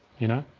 you know.